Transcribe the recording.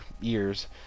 years